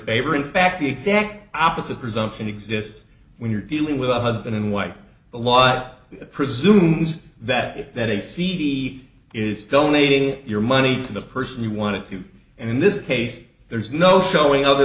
favor in fact the exact opposite presumption exists when you're dealing with a husband and wife a lot presumes that that a cd is donating your money to the person you wanted to and in this case there's no showing other